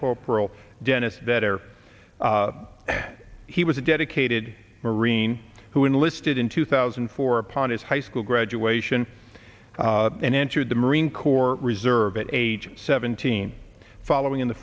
corporal dennis that or he was a dedicated marine who enlisted in two thousand for upon his high school graduation and entered the marine corps reserve at age seventeen following in